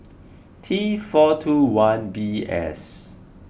T four two one B S